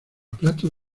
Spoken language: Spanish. plato